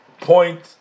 point